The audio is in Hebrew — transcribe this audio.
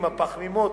הפחמימות,